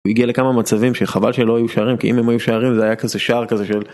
הוא הגיע לכמה מצבים שחבל שלא היו שערים כי אם הם היו שערים זה היה כזה שער כזה של.